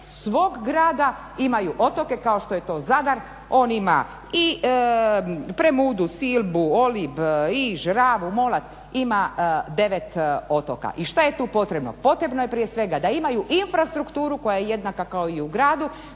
svog grada imaju otoke kao što je to Zadar, on ima i Premudu, Silbu, Olib, Iž, Ravu, Molat ima devet otoka i što je tu potrebno, potrebno je prije svega da imaju infrastrukturu koja je jednaka kao i u gradu,